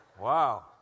Wow